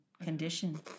condition